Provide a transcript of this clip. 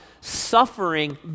suffering